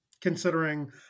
considering